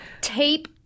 tape